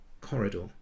corridor